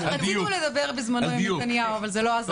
רצינו לדבר בזמנו עם נתניהו אבל זה לא עזר לנו.